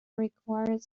require